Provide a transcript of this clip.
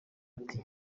ati